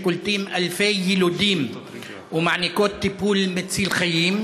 שקולטות אלפי יילודים ומעניקות טיפול מציל חיים,